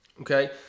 Okay